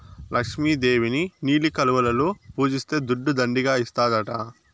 లక్ష్మి దేవిని నీలి కలువలలో పూజిస్తే దుడ్డు దండిగా ఇస్తాడట